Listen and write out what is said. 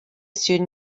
student